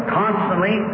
constantly